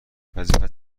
وظیفت